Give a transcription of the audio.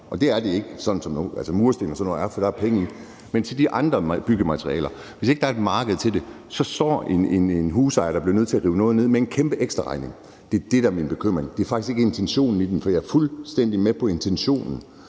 det er der for mursten og sådan noget, for dem er der penge i. Men i forhold til de andre byggematerialer vil jeg sige, at hvis ikke der er et marked for det, står en husejer, der bliver nødt til at rive noget ned, med en kæmpe ekstraregning. Det er det, der er min bekymring. Det er faktisk ikke intentionen i det, for jeg er fuldstændig med på intentionen.